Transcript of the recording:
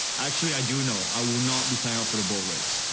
actually, i do know. i will not be signing up for the boat race.